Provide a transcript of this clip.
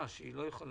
הוא לא מסתכל